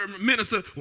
minister